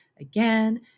again